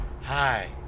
Hi